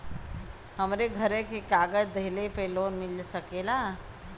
हमरे घरे के कागज दहिले पे लोन मिल सकेला?